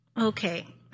Okay